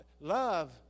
Love